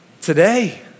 today